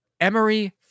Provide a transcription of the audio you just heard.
Emery